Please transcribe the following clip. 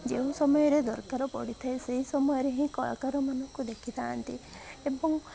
ଯେଉଁ ସମୟରେ ଦରକାର ପଡ଼ିଥାଏ ସେହି ସମୟରେ ହିଁ କଳାକାରମାନଙ୍କୁ ଦେଖିଥାନ୍ତି ଏବଂ